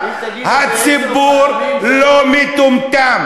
הציבור לא מטומטם.